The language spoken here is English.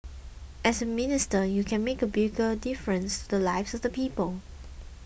as a minister you can make a bigger difference to the lives of the people